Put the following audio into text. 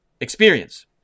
experience